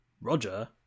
Roger